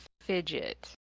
fidget